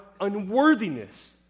unworthiness